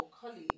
colleagues